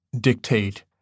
dictate